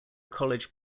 college